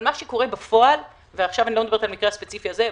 מה שקורה בפועל ועכשיו אני לא מדברת על המקרה הספציפי הזה,